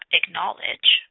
acknowledge